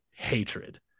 hatred